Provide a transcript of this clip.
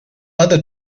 other